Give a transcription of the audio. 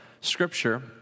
Scripture